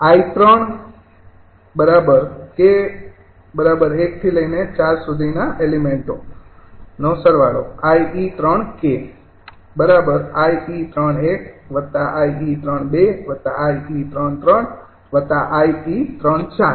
𝑖𝑒૩૧𝑖𝑒૩૨𝑖𝑒૩૩𝑖𝑒૩૪